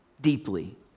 Deeply